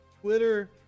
Twitter